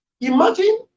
Imagine